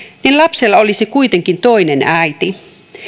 niin lapsella olisi kuitenkin toinen äiti